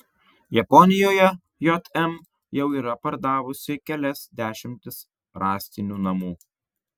japonijoje jm jau yra pardavusi kelias dešimtis rąstinių namų